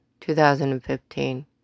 2015